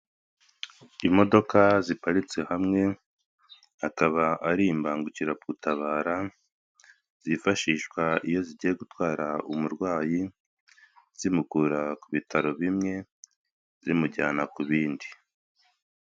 Imodoka ziparitse hamwe akaba ari imbangukiragutabara, zifashishwa iyo zigiye gutwara umurwayi, zimukura ku bitaro bimwe, zimujyana ku bindi.